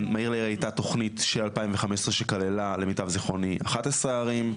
מהיר לעיר הייתה תוכנית של 2015 שכללה למיטב זכרוני 11 ערים,